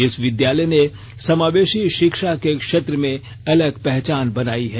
इस विद्यालय ने समावेशी शिक्षा के क्षेत्र में अलग पहचान बनाई है